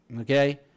Okay